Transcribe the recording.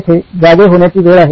येथे जागे होण्याची वेळ आहे